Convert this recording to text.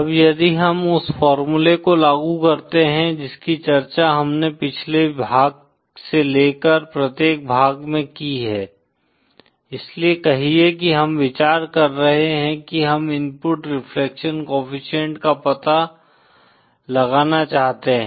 अब यदि हम उस फॉर्मूले को लागू करते हैं जिसकी चर्चा हमने अभी पिछले भाग से लेकर प्रत्येक भाग में की है इसलिए कहिये कि हम विचार कर रहे हैं कि हम इनपुट रिफ्लेक्शन कोएफ़िशिएंट का पता लगाना चाहते हैं